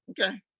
Okay